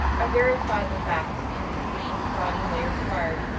i verified the fact in the plain plodding way required,